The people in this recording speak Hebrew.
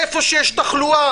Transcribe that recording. איפה שיש תחלואה